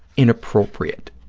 inappropriate